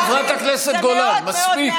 חברת הכנסת גולן, מספיק,